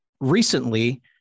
recently